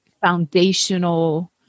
foundational